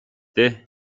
дээ